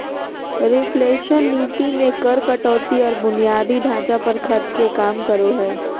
reflation नीति मे कर कटौती आर बुनियादी ढांचा पर खर्च के काम करो हय